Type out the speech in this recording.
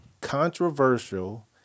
controversial